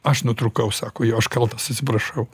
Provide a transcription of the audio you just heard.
aš nutrūkau sako jo aš kaltas atsiprašau